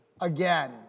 again